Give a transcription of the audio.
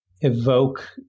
evoke